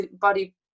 body